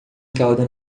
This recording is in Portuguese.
calda